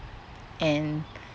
and